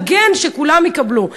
מגן שכולם יקבלו?